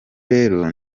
rero